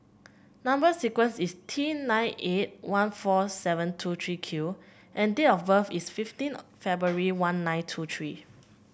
number sequence is T nine eight one four seven two three Q and date of birth is fifteen February one nine two three